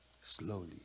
Slowly